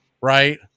right